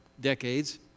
decades